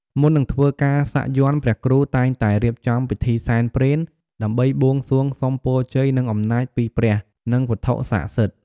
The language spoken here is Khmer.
មុននឹងធ្វើការសាក់យ័ន្តព្រះគ្រូ តែងតែរៀបចំ ពិធីសែនព្រេន ដើម្បីបួងសួងសុំពរជ័យ និងអំណាចពីព្រះ និងវត្ថុស័ក្តិសិទ្ធិ។